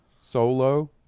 Solo